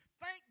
Thank